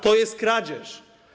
To jest kradzież.